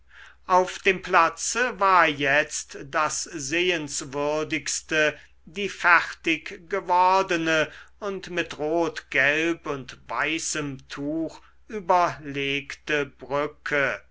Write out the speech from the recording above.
auf dem platze war jetzt das sehenswürdigste die fertig gewordene und mit rot gelb und weißem tuch überlegte brücke